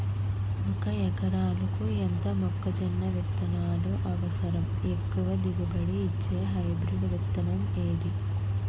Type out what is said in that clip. ఒక ఎకరాలకు ఎంత మొక్కజొన్న విత్తనాలు అవసరం? ఎక్కువ దిగుబడి ఇచ్చే హైబ్రిడ్ విత్తనం ఏది?